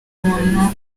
muntu